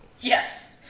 Yes